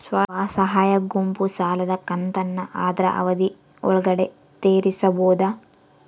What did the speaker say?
ಸ್ವಸಹಾಯ ಗುಂಪು ಸಾಲದ ಕಂತನ್ನ ಆದ್ರ ಅವಧಿ ಒಳ್ಗಡೆ ತೇರಿಸಬೋದ?